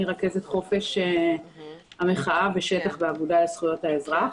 אני רכזת חופש המחאה ושטח באגודה לזכויות האזרח.